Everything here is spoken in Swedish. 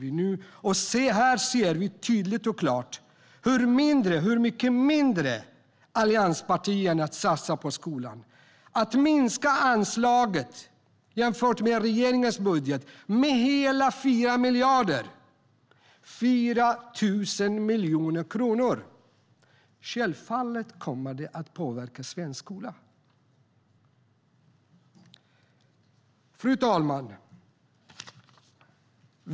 Vi ser tydligt och klart hur mycket mindre allianspartierna satsar på skolan. Att minska anslaget jämfört med regeringens budget med hela 4 miljarder, 4 000 miljoner kronor, skulle självklart påverka svensk skola. Fru talman!